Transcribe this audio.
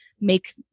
make